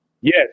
Yes